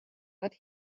but